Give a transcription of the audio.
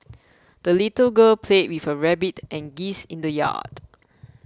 the little girl played with her rabbit and geese in the yard